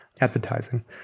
advertising